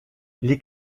les